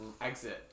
exit